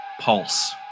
pulse